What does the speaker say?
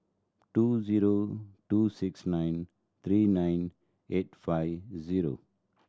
two zero two six nine three nine eight five zero